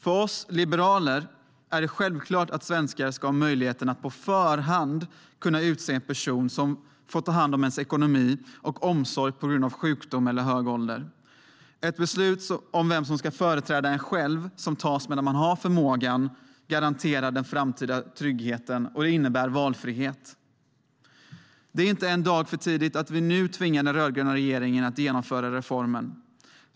För oss liberaler är det självklart att svenskar ska ha möjligheten att på förhand kunna utse en person som får ta hand om ens ekonomi och omsorg på grund av ens egen sjukdom eller höga ålder. Ett beslut om vem som ska företräda en själv som fattas medan man har förmågan garanterar den framtida tryggheten och innebär valfrihet. Det är inte en dag för tidigt att vi nu tvingar den rödgröna regeringen att genomföra reformen.